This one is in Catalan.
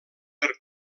per